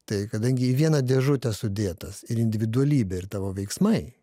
tai kadangi į vieną dėžutę sudėtas ir individualybė ir tavo veiksmai